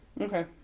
okay